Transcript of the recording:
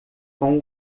com